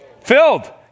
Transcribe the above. Filled